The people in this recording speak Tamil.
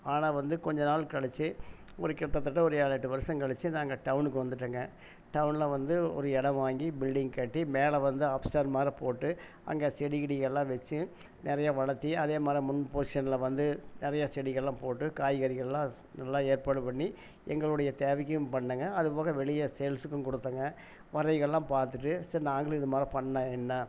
ஆனால் வந்து கொஞ்ச நாள் கழித்து ஒரு கிட்டத்தட்ட ஒரு ஏழு எட்டு வருஷம் கழித்து நாங்கள் டவுனுக்கு வந்துட்டோம்ங்க டவுனில் வந்து ஒரு இடம் வாங்கி பில்டிங் கட்டி மேலே வந்து ஆப் மாதிரி போட்டு அங்கே செடி கொடிகள்லாம் வச்சு நிறைய வளத்து அதே மாதிரி முன் போசனில் வந்து நிறைய செடிகள்லாம் போட்டு காய்கறிகள்லாம் நல்லா ஏற்பாடு பண்ணி எங்களுடைய தேவைக்கும் பண்ணிணோங்க அது போக வெளியே சேல்ஸ்ஸுக்கும் கொடுத்தோங்க முறைகள்லாம் பார்த்துட்டு சரி நாங்களும் இது மாதிரி பண்ணால் என்ன